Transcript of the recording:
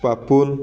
Papun